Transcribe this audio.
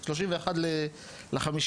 31.05,